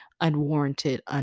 unwarranted